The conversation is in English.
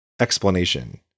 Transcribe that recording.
explanation